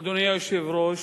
אדוני היושב-ראש,